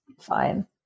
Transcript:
fine